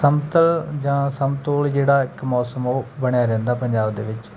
ਸਮਤਲ ਜਾਂ ਸਮਤੋੜ ਜਿਹੜਾ ਇੱਕ ਮੌਸਮ ਉਹ ਬਣਿਆ ਰਹਿੰਦਾ ਪੰਜਾਬ ਦੇ ਵਿੱਚ